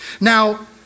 Now